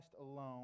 alone